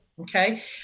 okay